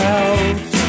out